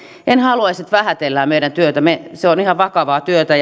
en haluaisi että vähätellään meidän työtämme se on ihan vakavaa työtä